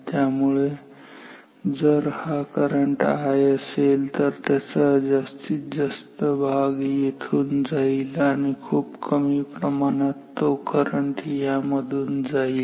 त्यामुळे जर हा करंट I असेल तर त्याचा जास्तीत जास्त भाग येथून जाईल आणि खूप कमी प्रमाणात तो यामधून जाईल